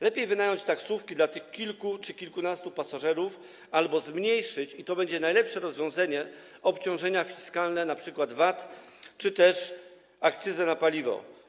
Lepiej wynająć taksówki dla tych kilku czy kilkunastu pasażerów albo zmniejszyć - i to będzie najlepsze rozwiązanie - obciążenia fiskalne, np. VAT czy też akcyzę na paliwo.